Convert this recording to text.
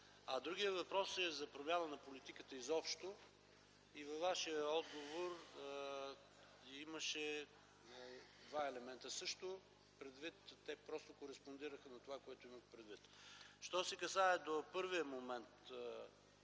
Другият въпрос е за промяна на политиката изобщо. Във Вашия отговор имаше също два елемента. Те просто кореспондираха на това, което имах предвид. Що се касае до първия момент,